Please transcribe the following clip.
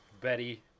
betty